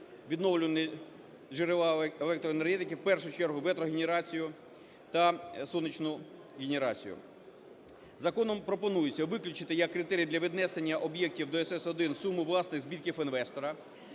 відновлювальні джерела електроенергетики, в першу чергу вітрогенерацію та сонячну генерацію. Законом пропонується виключити як критерій для віднесення об'єктів до СС1 суму власних збитків інвестора.